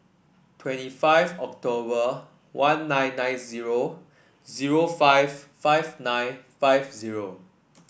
twenty five October one nine nine zero zero five five nine five zero